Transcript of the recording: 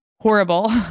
Horrible